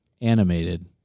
Animated